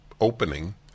opening